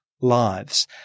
lives